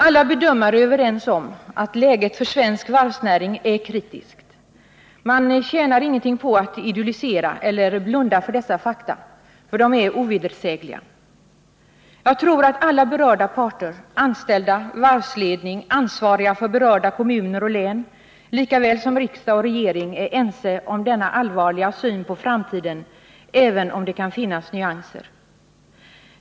Alla bedömare är överens om att läget för svensk varvsnäring är kritiskt. Man tjänar ingenting på att idyllisera eller blunda för detta faktum, eftersom det är ovedersägligt. Jag tror att alla berörda parter — anställda, varvsledning, ansvariga för berörda kommuner och län lika väl som riksdag och regering — är ense om denna allvarliga syn på framtiden, även om det kan finnas nyanser.